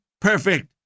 perfect